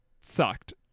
sucked